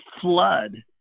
flood